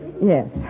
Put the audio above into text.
Yes